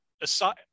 aside